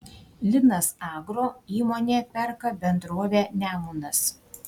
linas agro įmonė perka bendrovę nemunas